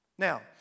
Now